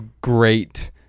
great